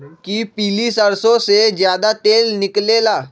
कि पीली सरसों से ज्यादा तेल निकले ला?